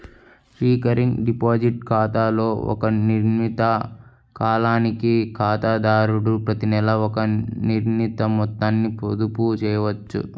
recurring deposit ఖాతాలో ఒక నిర్ణీత కాలానికి ఖాతాదారుడు ప్రతినెలా ఒక నిర్ణీత మొత్తాన్ని పొదుపు చేయవచ్చు